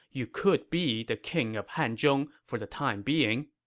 you could be the king of hanzhong for the time being.